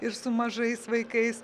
ir su mažais vaikais